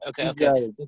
okay